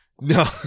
No